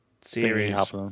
series